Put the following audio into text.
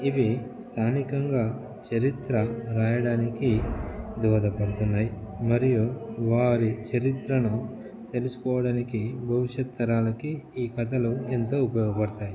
ఇవి స్థానికంగా చరిత్ర రాయడానికి దోహదపడుతున్నాయి మరియు వారి చరిత్రను తెలుసుకోవడానికి భవిష్యత్తు తరాలకి ఈ కథలు ఎంతో ఉపయోగపడతాయి